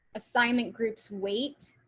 assignment groups. wait,